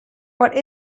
what